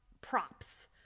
props